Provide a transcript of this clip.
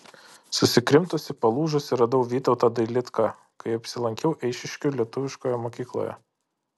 susikrimtusį palūžusį radau vytautą dailidką kai apsilankiau eišiškių lietuviškoje mokykloje